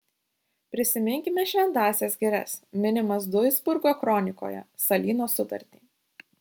prisiminkime šventąsias girias minimas duisburgo kronikoje salyno sutartį